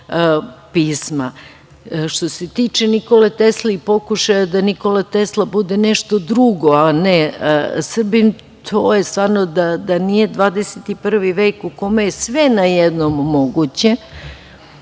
pisma. Što se tiče Nikole Tesle i pokušaja da Nikola Tesla bude nešto drugo a ne Srbin, da nije 21. vek u kome je sve najednom moguće